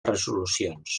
resolucions